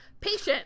patient